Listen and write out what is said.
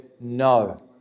no